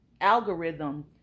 algorithm